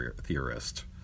theorist